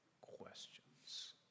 questions